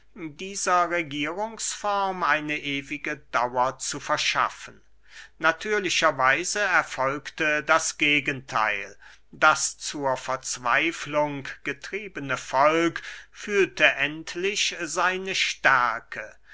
dieser regierungsform eine ewige dauer zu verschaffen natürlicher weise erfolgte das gegentheil das zur verzweiflung getriebene volk fühlte endlich seine stärke